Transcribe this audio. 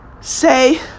say